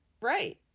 Right